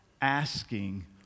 asking